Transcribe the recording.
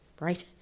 Right